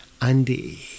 Andy